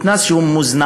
מתנ"ס שהוא מוזנח,